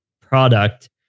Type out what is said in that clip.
product